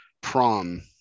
prom